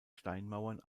steinmauern